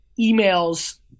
emails